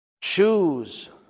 Choose